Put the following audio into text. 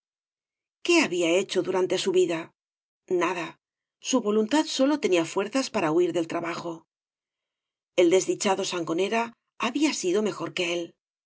qué había hecho durante su vida nada su voluntad sólo tenía fuerzas para huir del trabajo ei desdichado sangonera había sido mejor que él